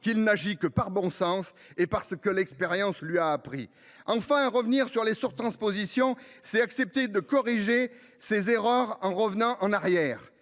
qu’il n’agit que par bon sens et parce que l’expérience le lui a appris… Très bien ! Enfin, revenir sur les surtranspositions, c’est accepter de corriger ses erreurs en revenant en arrière.